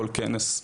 כל כנס,